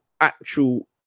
actual